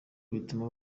bituma